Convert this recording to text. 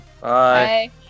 Bye